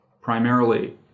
primarily